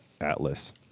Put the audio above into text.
Atlas